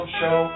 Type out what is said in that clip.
show